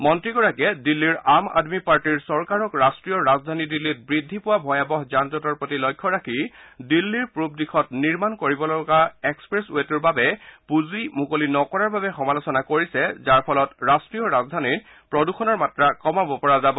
মন্ত্ৰীগৰাকীয়ে দিল্লীৰ আম আদমী পাৰ্টীৰ চৰকাৰক ৰাষ্ট্ৰীয় ৰাজধানী দিল্লীত বৃদ্ধি পোৱা ভয়াবহ যানজটৰ প্ৰতি লক্ষ্য ৰাখি দিল্লীৰ পূব দিশত নিৰ্মাণ কৰিবলগা এক্সপ্ৰেছৰেটোৰ বাবে পূঁজি মুকলি নকৰাৰ বাবে সমালোচনা কৰিছে যাৰ ফলত ৰাষ্ট্ৰীয় ৰাজধানীত প্ৰদুষণৰ মাত্ৰা কমাব পৰা যাব